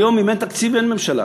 היום אם אין תקציב אין ממשלה.